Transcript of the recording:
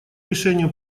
решению